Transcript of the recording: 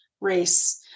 race